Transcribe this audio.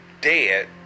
dead